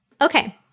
Okay